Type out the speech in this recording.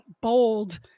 bold